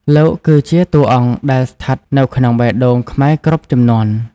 លោកគឺជាតួអង្គដែលស្ថិតនៅក្នុងបេះដូងខ្មែរគ្រប់ជំនាន់។